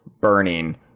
burning